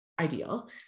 ideal